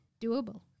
doable